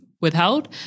withheld